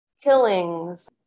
killings